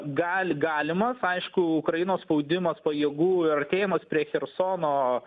gal galimas aišku ukrainos spaudimas pajėgų artėjimas prie chersono